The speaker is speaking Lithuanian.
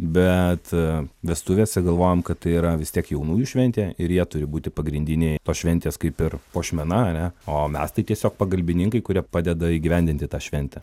bet vestuvėse galvojam kad tai yra vis tiek jaunųjų šventė ir jie turi būti pagrindiniai tos šventės kaip ir puošmena ane o mes tai tiesiog pagalbininkai kurie padeda įgyvendinti tą šventę